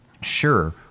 sure